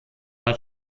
bad